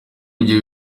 ujye